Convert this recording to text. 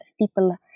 people